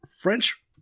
French